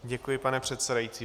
Děkuji, pane předsedající.